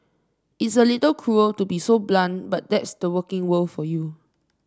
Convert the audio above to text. it's a little cruel to be so blunt but that's the working world for you